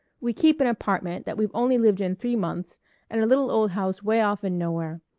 we keep an apartment that we've only lived in three months and a little old house way off in nowhere.